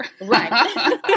right